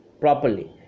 properly